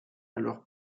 alors